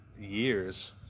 years